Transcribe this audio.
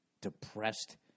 depressed